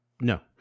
no